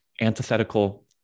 antithetical